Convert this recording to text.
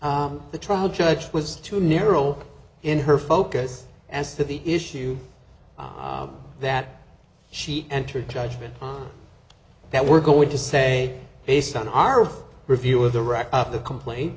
the trial judge was too narrow in her focus as to the issue that she entered judgment that we're going to say based on our review of the rock the complain